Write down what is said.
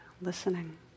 listening